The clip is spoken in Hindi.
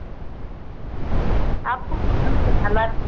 आपको पूनम से अलग